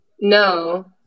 no